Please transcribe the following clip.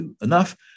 enough